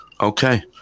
okay